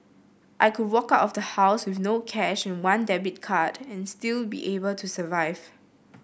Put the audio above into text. I could walk out of the house with no cash and one debit card and still be able to survive